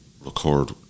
record